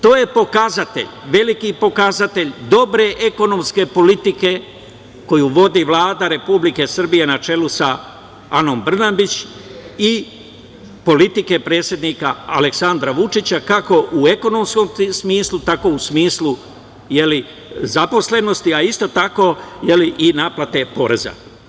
To je pokazatelj, veliki pokazatelj dobre ekonomske politike koju vodi Vlada Republike Srbije na čelu sa Anom Brnabić i politike predsednika Aleksandra Vučića, kako u ekonomskom smislu, tako i u smislu zaposlenosti, a isto tako i naplate poreza.